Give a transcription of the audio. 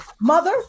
Mother